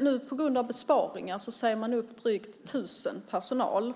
Nu på grund av besparingar säger man upp drygt 1 000 personal.